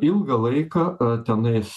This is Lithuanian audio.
ilgą laiką tenais